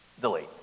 delete